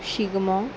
Shigmo